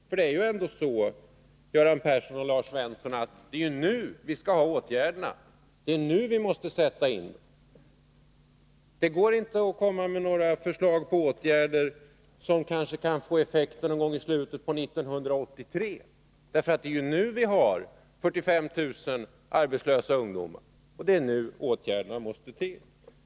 Det är nämligen ändå så, Göran Persson och Lars Svensson, att det är nu som dessa åtgärder måste sättas in. Det går inte att komma med några förslag till åtgärder som kanske kan få effekter någon gång i slutet på 1983, därför att det är nu vi har 45 000 arbetslösa ungdomar. Det är nu åtgärderna måste till.